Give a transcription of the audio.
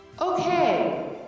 Okay